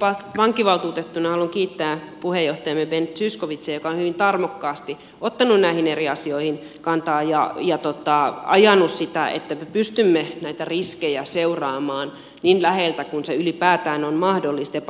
nyt itse pankkivaltuutettuna haluan kiittää puheenjohtajaamme ben zyskowiczia joka on hyvin tarmokkaasti ottanut näihin eri asioihin kantaa ja ajanut sitä että me pystymme näitä riskejä seuraamaan niin läheltä kuin se ylipäätään on mahdollista ja